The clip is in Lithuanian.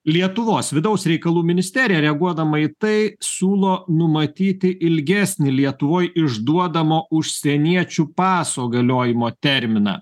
lietuvos vidaus reikalų ministerija reaguodama į tai siūlo numatyti ilgesnį lietuvoj išduodamo užsieniečių paso galiojimo terminą